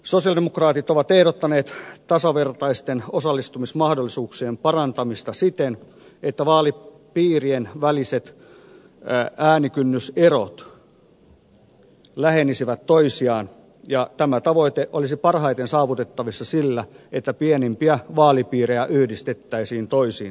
sosialidemokraatit ovat ehdottaneet tasavertaisten osallistumismahdollisuuksien parantamista siten että vaalipiirien väliset äänikynnyserot lähenisivät toisiaan ja tämä tavoite olisi parhaiten saavutettavissa sillä että pienimpiä vaalipiirejä yhdistettäisiin toisiinsa